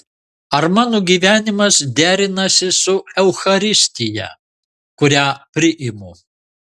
ar mano gyvenimas derinasi su eucharistija kurią priimu